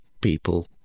people